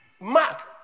Mark